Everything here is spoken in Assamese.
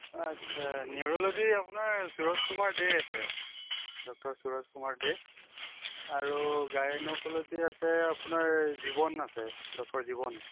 আচ্ছা নিউৰ'ল'জি আপোনাৰ সুৰজ কুমাৰ দে আছে ডক্তৰ সুৰজ কুমাৰ দে আৰু গাইন'কল'জি আছে আপোনাৰ জীৱন আছে ডক্তৰ জীৱন